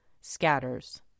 scatters